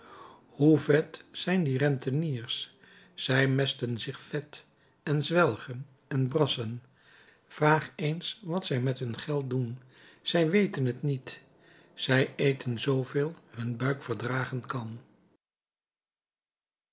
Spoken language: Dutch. hoe vet zijn die renteniers zij mesten zich vet en zwelgen en brassen vraag eens wat zij met hun geld doen zij weten het niet zij eten zooveel hun buik verdragen kan